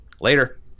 Later